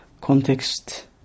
context